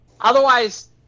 Otherwise